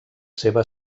seva